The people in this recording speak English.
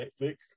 Netflix